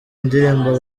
indirimbo